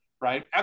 Right